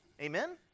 Amen